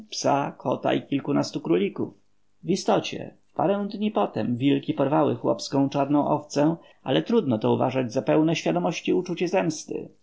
i kilkunastu królików wistocie w parę dni potem wilki porwały chłopską czarną owcę ale trudno to uważać za pełne świadomości uczucie zemsty